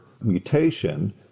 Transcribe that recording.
mutation